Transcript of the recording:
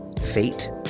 fate